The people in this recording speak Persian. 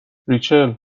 ریچل